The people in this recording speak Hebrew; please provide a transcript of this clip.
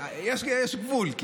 יש גבול.